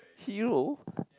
hero